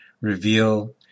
reveal